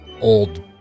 old